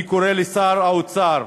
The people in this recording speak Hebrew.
אני קורא לשר האוצר: